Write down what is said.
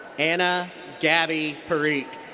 anna gaby parikh.